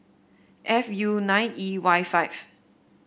F U nine E Y five